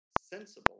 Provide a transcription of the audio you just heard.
sensible